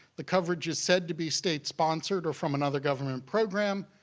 the coverage is said to be state sponsored or from another government program,